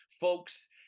Folks